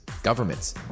governments